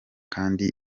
kandi